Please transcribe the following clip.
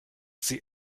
sie